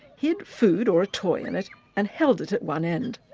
hid food or a toy and held it at one end.